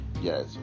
Yes